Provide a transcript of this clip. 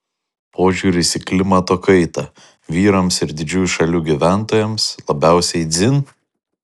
požiūris į klimato kaitą vyrams ir didžiųjų šalių gyventojams labiausiai dzin